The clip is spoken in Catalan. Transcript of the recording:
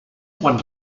quan